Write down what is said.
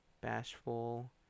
Bashful